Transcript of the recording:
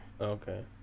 Okay